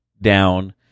down